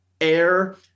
air